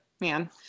Man